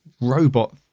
robot